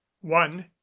one